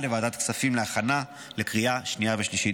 לוועדת הכספים להכנה לקריאה שנייה ושלישית.